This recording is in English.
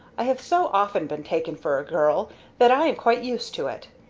i have so often been taken for a girl that i am quite used to it.